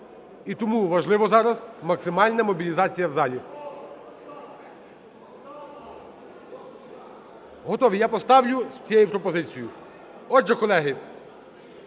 і тому важливо зараз максимальна мобілізація в залі. Готові? Я поставлю з цією пропозицією. Отже, колеги,